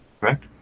correct